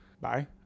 Bye